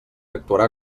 actuarà